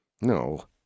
No